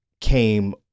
came